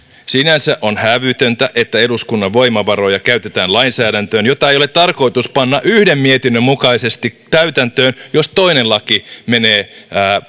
sinänsä on hävytöntä että eduskunnan voimavaroja käytetään lainsäädäntöön jota ei ole tarkoitus panna yhden mietinnön mukaisesti täytäntöön jos toinen laki menee